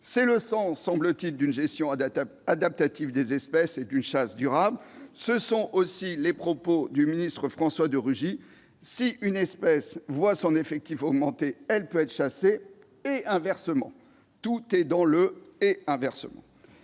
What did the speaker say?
est le sens, semble-t-il, d'une gestion adaptative des espèces et d'une chasse durable. Cela rejoint aussi les propos du ministre d'État François de Rugy :« Si une espèce voit son effectif augmenter, elle peut être chassée, et inversement. » Tout est dans le « et inversement »